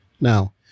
Now